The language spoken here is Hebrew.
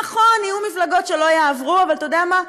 נכון, יהיו מפלגות שלא יעברו, אבל אתה יודע מה?